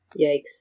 Yikes